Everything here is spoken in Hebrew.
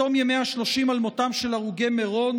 בתום ימי השלושים על מותם של הרוגי מירון,